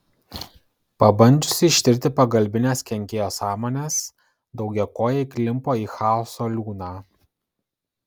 pabandžiusi ištirti pagalbines kenkėjo sąmones daugiakojė įklimpo į chaoso liūną